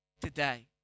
today